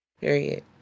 period